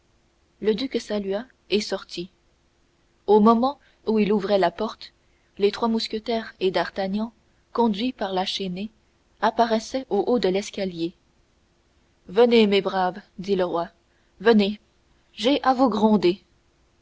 le duc salua et sortit au moment où il ouvrait la porte les trois mousquetaires et d'artagnan conduits par la chesnaye apparaissaient au haut de l'escalier venez mes braves dit le roi venez j'ai à vous gronder